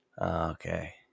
Okay